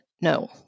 no